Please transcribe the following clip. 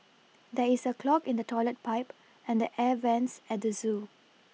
there is a clog in the toilet pipe and the air vents at the zoo